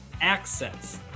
access